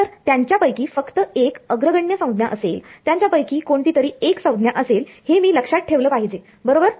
तर त्यांच्यापैकी फक्त एक अग्रगण्य संज्ञा असेल त्यांच्यापैकी कोणती तरी एक संज्ञा असेल हे मी लक्षात ठेवले पाहिजे बरोबर